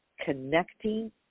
connecting